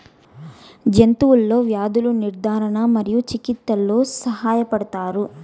జంతువులలో వ్యాధుల నిర్ధారణ మరియు చికిత్చలో సహాయపడుతారు